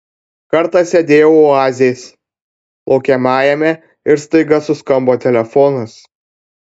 kartą sėdėjau oazės laukiamajame ir staiga suskambo telefonas